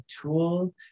tool